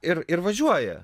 ir ir važiuoja